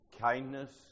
kindness